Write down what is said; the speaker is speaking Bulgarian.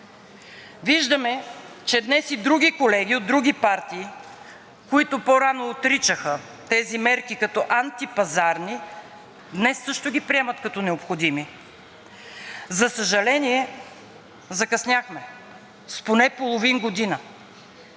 Виждаме, че днес и други колеги от други партии, които по-рано отричаха тези мерки като антипазарни, днес също ги приемат като необходими. За съжаление, закъсняхме с поне половин година.